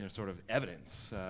you know sort of evidence.